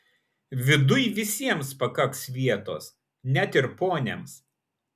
viduj visiems pakaks vietos net ir poniams